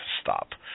Stop